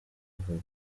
bivuye